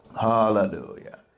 Hallelujah